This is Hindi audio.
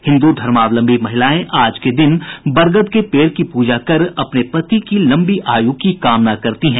हिन्द्र धर्मावलम्बी महिलाएं आज के दिन बरगद के पेड़ की पूजा कर अपने पति की लम्बी आयु की कामना करती हैं